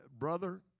Brother